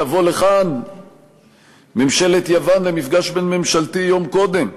תבוא לכאן ממשלת יוון למפגש בין-ממשלתי יום קודם,